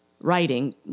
writing